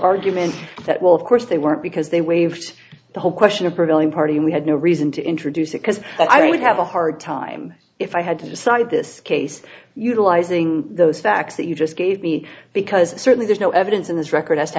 argument that will of course they weren't because they waived the whole question of prevailing party and we had no reason to introduce it because i would have a hard time if i had to decide this case utilizing those facts that you just gave me because certainly there's no evidence in this record as to